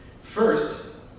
First